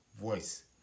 voice